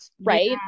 right